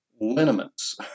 liniments